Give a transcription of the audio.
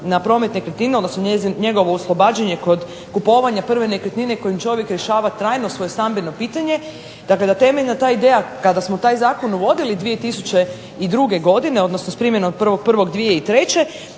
na promet nekretnine, odnosno njegovo oslobađanja kod kupovanja prve nekretnine kojom čovjek rješava svoje stambeno pitanje, dakle, da temeljna ta ideja, kada smo taj Zakon uvodili 2002. godine, odnosno s primjenom 1. 1.